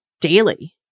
daily